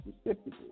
specifically